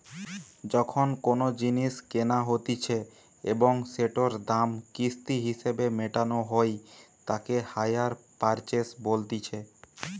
যখন কোনো জিনিস কেনা হতিছে এবং সেটোর দাম কিস্তি হিসেবে মেটানো হই তাকে হাইয়ার পারচেস বলতিছে